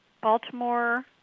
Baltimore